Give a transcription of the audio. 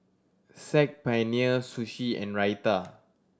Saag Paneer Sushi and Raita